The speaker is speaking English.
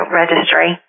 registry